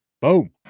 boom